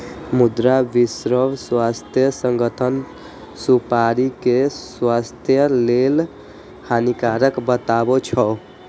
मुदा विश्व स्वास्थ्य संगठन सुपारी कें स्वास्थ्य लेल हानिकारक बतबै छै